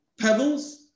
pebbles